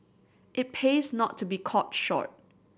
it pays not to be caught short